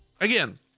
again